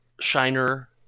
Shiner